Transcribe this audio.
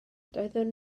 doeddwn